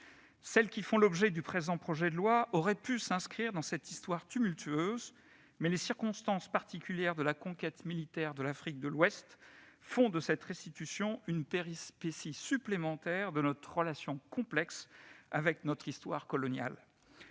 Celles qui font l'objet du présent projet de loi auraient pu s'inscrire dans cette histoire tumultueuse, mais les circonstances particulières de la conquête militaire de l'Afrique de l'Ouest font de cette restitution une péripétie supplémentaire de notre relation complexe avec notre histoire coloniale.